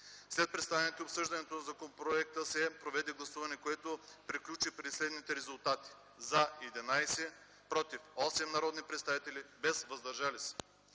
След представяне и обсъждане на законопроекта се проведе гласуване, което приключи при следните резултати: „за” – 11, „против” – 8 народни представители, без „въздържали се”.